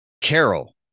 Carol